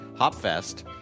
HopFest